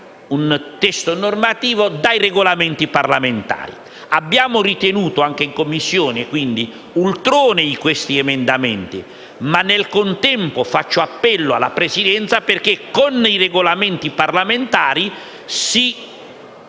un testo normativo, dai Regolamenti parlamentari. Anche in Commissione abbiamo ritenuto ultronei questi emendamenti, ma nel contempo faccio appello alla Presidenza perché con i Regolamenti parlamentari si